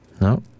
No